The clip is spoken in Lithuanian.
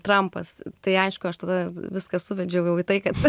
trampas tai aišku aš tada viską suvedžiau jau į tai kad